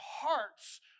hearts